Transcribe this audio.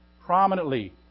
prominently